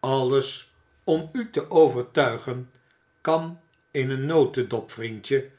alles om u te overtuigen kan in een notedop vriendje